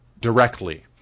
directly